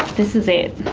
this is it?